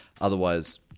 Otherwise